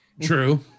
true